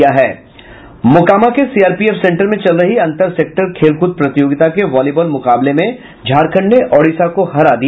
मोकामा के CRPF centre में चल रही अंतर सेक्टर खेल कूद प्रतियोगिता के बॉलीबॉल मुकाबले में झारखण्ड ने ओडिशा को हरा दिया